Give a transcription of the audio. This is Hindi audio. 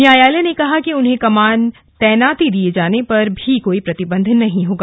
न्यायालय ने कहा कि उन्हें कमान तैनाती दिये जाने पर भी कोई प्रतिबंध नहीं होगा